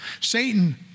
Satan